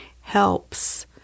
helps